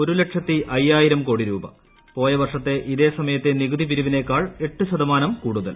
ഒരു ലക്ഷത്തി അയ്യായിരം കോടി രൂപ പോയവർഷത്തെ ഇതേ സമയത്തെ നികുതി പിരിവിനേക്കാൾ എട്ട് ശതമാനം കൂടുതൽ